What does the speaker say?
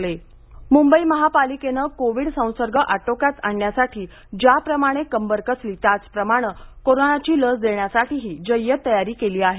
corona Mumbai Mumbai महापालिकेनं Covid संसर्ग आटोक्यात आणण्यासाठी ज्याप्रमाणे कंबर कसली त्याचप्रमाणे कोरोनाची लस देण्यासाठीही जय्यत तयारी केली आहे